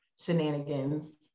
shenanigans